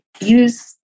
use